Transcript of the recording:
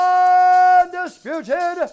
undisputed